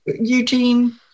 Eugene